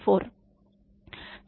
1994